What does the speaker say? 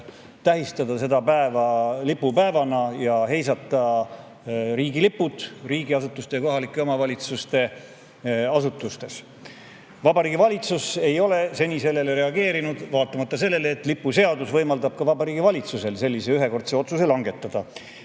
tähistada seda päeva lipupäevana ning heisata riigilipud riigiasutustes ja kohalike omavalitsuste asutustes. Vabariigi Valitsus ei ole seni sellele reageerinud, vaatamata sellele, et lipuseadus võimaldab valitsusel sellise ühekordse otsuse langetada.